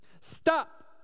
Stop